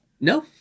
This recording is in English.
No